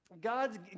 God's